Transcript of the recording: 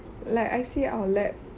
like I see our lab